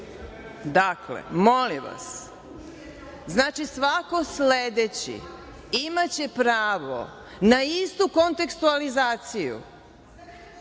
molim vas. Znači, svako sledeći imaće pravo na istu kontekstualizaciju,